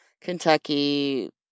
Kentucky